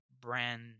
brand